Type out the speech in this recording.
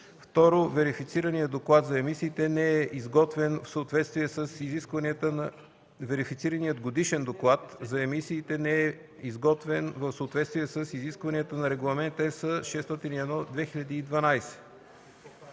2. верифицираният годишен доклад за емисиите не е изготвен в съответствие с изискванията на Регламент (ЕС) № 601/2012;